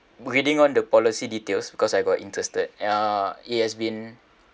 reading on the policy details because I got interested uh it has been